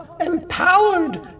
Empowered